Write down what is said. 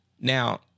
Now